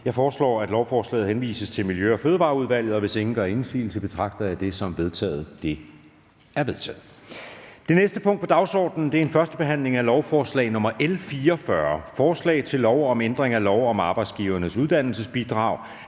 Jeg foreslår, at lovforslaget henvises til Miljø- og Fødevareudvalget. Hvis ingen gør indsigelse, betragter jeg det som vedtaget. Det er vedtaget. --- Det næste punkt på dagsordenen er: 2) 1. behandling af lovforslag nr. L 44: Forslag til lov om ændring af lov om Arbejdsgivernes Uddannelsesbidrag.